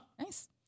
nice